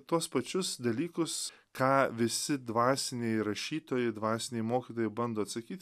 tuos pačius dalykus ką visi dvasiniai rašytojai dvasiniai mokytojai bando atsakyt